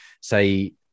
say